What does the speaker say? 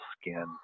skin